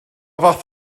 fath